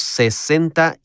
sesenta